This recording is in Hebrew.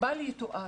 בל יתואר,